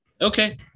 Okay